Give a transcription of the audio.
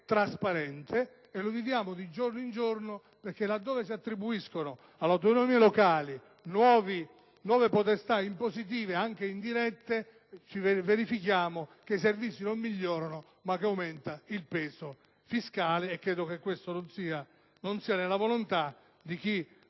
trasparente. Lo constatiamo di giorno in giorno, perché laddove si attribuiscono alle autonomie locali nuove potestà impositive, anche indirette, verifichiamo che i servizi non migliorano, ma aumenta il peso fiscale. Credo che ciò non sia nella volontà di chi